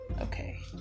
Okay